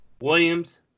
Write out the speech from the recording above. Williams